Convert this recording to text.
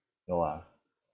no ah